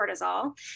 cortisol